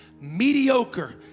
mediocre